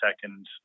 second